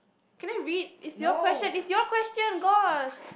can I read is your question is your question gosh